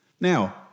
Now